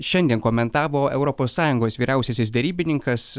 šiandien komentavo europos sąjungos vyriausiasis derybininkas